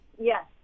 yes